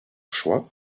choix